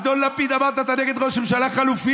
אדון לפיד, אמרת שאתה נגד ראש ממשלה חלופי?